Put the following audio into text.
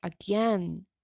again